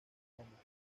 británica